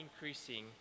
increasing